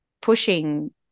pushing